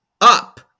Up